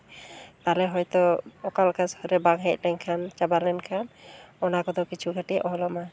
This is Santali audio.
ᱛᱟᱞᱦᱮ ᱦᱚᱭᱛᱳ ᱚᱠᱟᱞᱮᱠᱟ ᱥᱩᱨ ᱨᱮ ᱵᱟᱝ ᱦᱮᱡ ᱞᱮᱱᱠᱷᱟᱱ ᱪᱟᱵᱟ ᱞᱮᱱᱠᱷᱟᱱ ᱚᱱᱟ ᱠᱚᱫᱚ ᱠᱤᱪᱷᱩ ᱠᱟᱹᱴᱤᱡ ᱚᱞᱟᱢᱟ